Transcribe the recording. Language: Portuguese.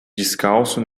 descalço